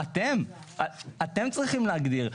אתם צריכים להגדיר.